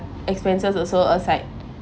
expenses also aside